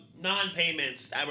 non-payments